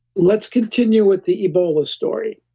let's continue with the ebola story,